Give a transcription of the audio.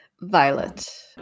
Violet